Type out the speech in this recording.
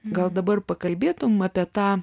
gal dabar pakalbėtum apie tą